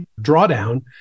drawdown